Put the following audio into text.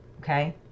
okay